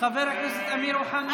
חבר הכנסת אמיר אוחנה,